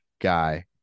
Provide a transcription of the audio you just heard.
guy